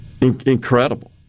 Incredible